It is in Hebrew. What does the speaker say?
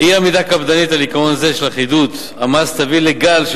אי-עמידה קפדנית על עיקרון זה של אחידות המס תביא לגל של